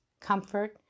comfort